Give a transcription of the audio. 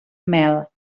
mel